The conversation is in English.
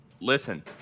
listen